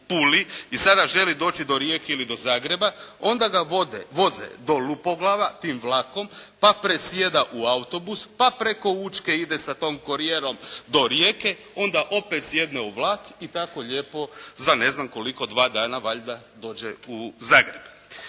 i sada želi doći do Rijeke ili do Zagreba onda ga voze do Lupoglava tim vlakom, pa presjeda u autobus, pa preko Učke ide sa tom korijerom do Rijeke. Onda opet sjedne u vlak i tako lijepo za ne znam koliko dva dana valjda dođe u Zagreb.